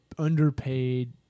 underpaid